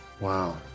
Wow